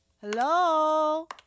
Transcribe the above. Hello